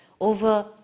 over